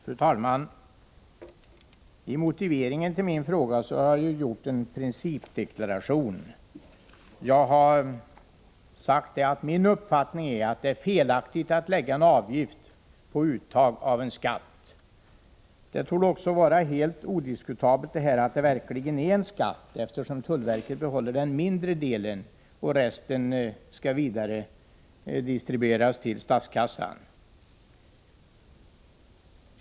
Fru talman! I motiveringen till min fråga har jag gjort en principdeklaration. Jag har förklarat att min uppfattning är att det är felaktigt att lägga en avgift på uttag av en skatt. Det torde också vara helt odiskutabelt att det verkligen är fråga om en skatt, eftersom tullverket behåller den mindre delen medan resten vidarebefordras till statskassan.